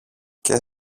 και